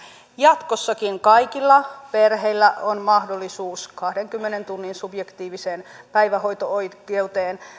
jatkossakin kaikilla perheillä on mahdollisuus kahdenkymmenen tunnin subjektiiviseen päivähoito oikeuteen